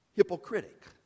hypocritic